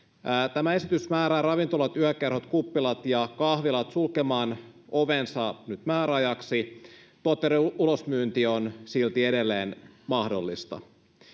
tämä esitys määrää ravintolat yökerhot kuppilat ja kahvilat sulkemaan ovensa nyt määräajaksi tuotteiden ulosmyynti on silti edelleen mahdollista